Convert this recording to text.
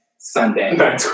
Sunday